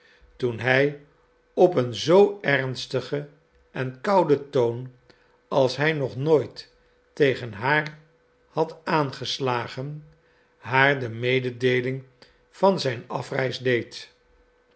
toen hij op een zoo ernstigen en kouden toon als hij nog nooit tegen haar had aangeslagen haar de mededeeling van zijn afreis deed